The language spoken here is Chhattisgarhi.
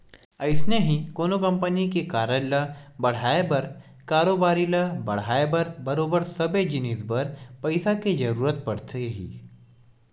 अइसने ही कोनो कंपनी के कारज ल बड़हाय बर कारोबारी ल बड़हाय बर बरोबर सबे जिनिस बर पइसा के जरुरत पड़थे ही